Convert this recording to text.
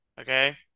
Okay